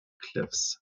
cliffs